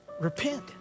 repent